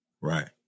right